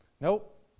Nope